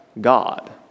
God